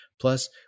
Plus